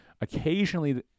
Occasionally